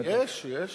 יש, יש